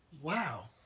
Wow